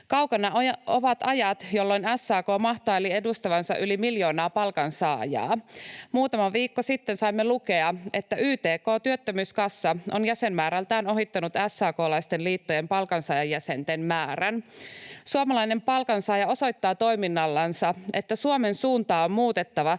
Kaukana ovat ajat, jolloin SAK mahtaili edustavansa yli miljoonaa palkansaajaa. Muutama viikko sitten saimme lukea, että työttömyyskassa YTK on jäsenmäärältään ohittanut SAK:laisten liittojen palkansaajajäsenten määrän. Suomalainen palkansaaja osoittaa toiminnallansa, että Suomen suuntaa on muutettava,